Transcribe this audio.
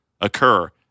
occur